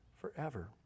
forever